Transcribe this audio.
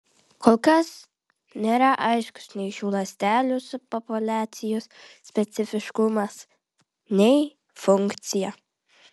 kol kas nėra aiškus nei šių ląstelių subpopuliacijos specifiškumas nei funkcija